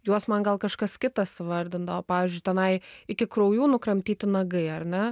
juos man gal kažkas kitas įvardindavo pavyzdžiui tenai iki kraujų nukramtyti nagai ar ne